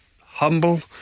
humble